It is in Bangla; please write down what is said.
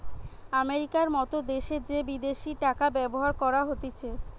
আমেরিকার মত দ্যাশে যে বিদেশি টাকা ব্যবহার করা হতিছে